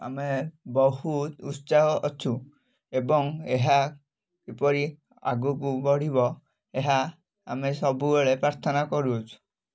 ଆମେ ବହୁତ ଉତ୍ସାହ ଅଛୁ ଏବଂ ଏହା କିପରି ଆଗକୁ ବଢ଼ିବ ଏହା ଆମେ ସବୁବେଳେ ପ୍ରାର୍ଥନା କରୁଅଛୁ